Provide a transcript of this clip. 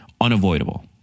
unavoidable